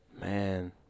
man